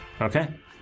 Okay